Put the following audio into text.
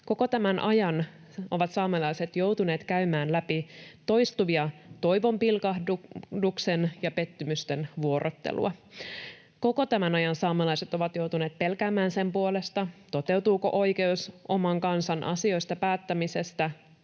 Koko tämän ajan ovat saamelaiset joutuneet käymään läpi toistuvaa toivonpilkahdusten ja pettymysten vuorottelua. Koko tämän ajan saamelaiset ovat joutuneet pelkäämään sen puolesta, toteutuuko oikeus oman kansan asioista päättämiseen